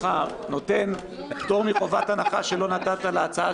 אותך נותן פטור מחובת הנחה שלא נתת להצעה